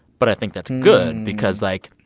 but i think that's good because, like.